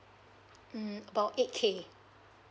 mm about eight K